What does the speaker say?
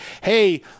hey